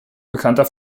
bekannter